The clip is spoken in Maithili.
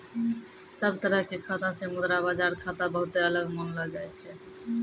सब तरह के खाता से मुद्रा बाजार खाता बहुते अलग मानलो जाय छै